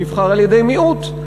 נבחר על-ידי מיעוט,